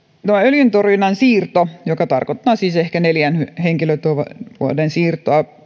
öljyntorjunnan siirto joka tarkoittaa siis ehkä neljän henkilötyövuoden siirtoa